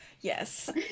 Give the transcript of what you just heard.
Yes